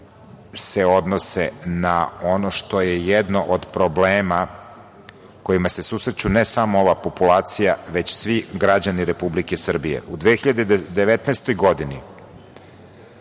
se odnose na ono što je jedno od problema sa kojima se susreće ne samo populacija već svi građani Republike Srbije.U 2019. godini